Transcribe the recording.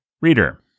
reader